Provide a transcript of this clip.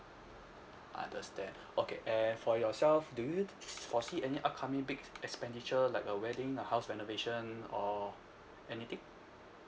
understand okay and for yourself do you foresee any upcoming big expenditure like a wedding a house renovation or anything